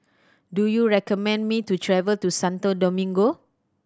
do you recommend me to travel to Santo Domingo